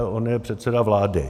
On je předseda vlády.